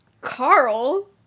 Carl